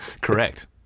Correct